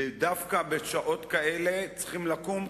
דווקא בשעות כאלה צריכים לקום,